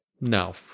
no